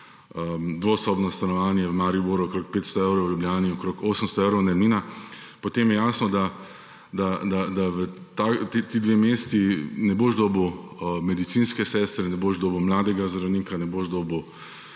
dvosobno stanovanje v Mariboru okoli 500 evrov, v Ljubljani okoli 800 evrov najemnina, potem je jasno, da v teh dveh mestih ne boš dobil medicinske sestre, ne boš dobil mladega zdravnika, ne boš dobil